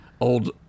old